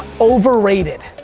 overrated.